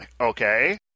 okay